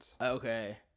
Okay